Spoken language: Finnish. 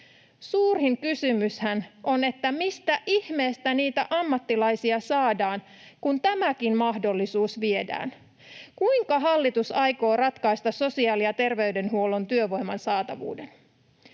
Suurin kysymyshän on, mistä ihmeestä niitä ammattilaisia saadaan, kun tämäkin mahdollisuus viedään. Kuinka hallitus aikoo ratkaista sosiaali- ja terveydenhuollon työvoiman saatavuuden?